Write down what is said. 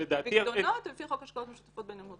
פיקדונות ולפי חוק השקעות משותפות בנאמנות.